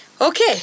Okay